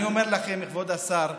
אני אומר לכם, כבוד השר,